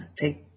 take